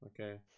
Okay